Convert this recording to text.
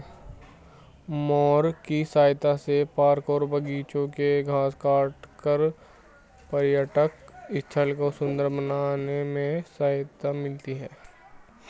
mower की सहायता से पार्क और बागिचों के घास को काटकर पर्यटन स्थलों को सुन्दर बनाने में सहायता मिलती है